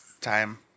Time